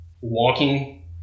walking